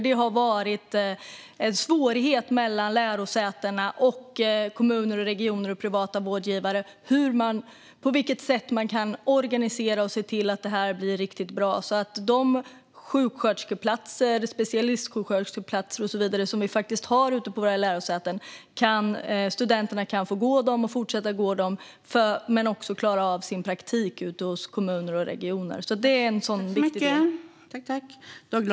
Det har varit en svårighet mellan lärosätena och kommuner, regioner och privata vårdgivare när det gäller på vilket sätt man kan organisera det här så att det blir riktigt bra. Studenterna ska kunna fortsätta på de sjuksköterskeplatser, specialistsjuksköterskeplatser och så vidare som vi faktiskt har ute på våra lärosäten och också kunna klara av sin praktik ute hos kommuner och regioner. Det är en viktig del.